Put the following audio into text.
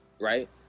right